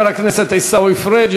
תודה לחבר הכנסת עיסאווי פריג'.